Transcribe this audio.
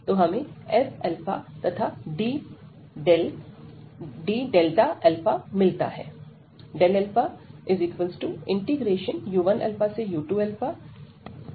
तो हमें f तथा d डेल्टा मिलता है